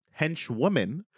henchwoman